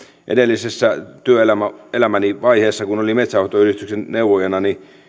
edellisessä työelämäni vaiheessa olin metsänhoitoyhdistyksen neuvojana